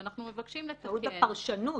ואנחנו מבקשים לתקן -- טעות בפרשנות.